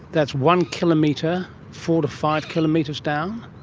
that's one kilometre, four to five kilometres down.